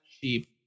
cheap